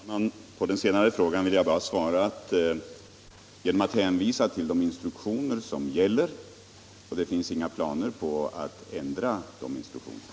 Fru talman! På den sista frågan vill jag bara svara genom att hänvisa till de instruktioner som gäller. Det finns inga planer på att ändra de instruktionerna.